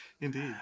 indeed